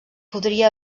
podria